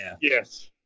Yes